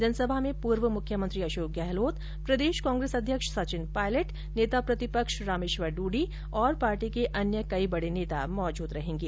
जनसभा में पूर्व मुख्यमंत्री अशोक गहलोत प्रदेश कांग्रेस अध्यक्ष सचिन पायलट नेता प्रतिपक्ष रामेश्वर ड्रडी और पार्टी के अन्य कई बडे नेता मौजूद रहेंगे